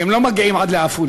הם לא מגיעים עד עפולה,